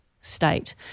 state